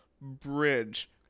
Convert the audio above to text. bridge